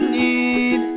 need